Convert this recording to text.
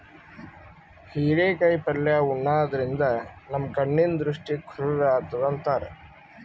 ಹಿರೇಕಾಯಿ ಪಲ್ಯ ಉಣಾದ್ರಿನ್ದ ನಮ್ ಕಣ್ಣಿನ್ ದೃಷ್ಟಿ ಖುರ್ ಆತದ್ ಅಂತಾರ್